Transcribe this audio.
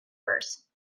purse